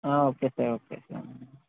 హా okay sir okay sir